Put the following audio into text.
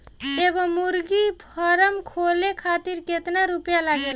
एगो मुर्गी फाम खोले खातिर केतना रुपया लागेला?